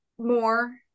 More